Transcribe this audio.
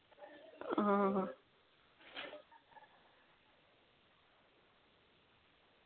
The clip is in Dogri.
हां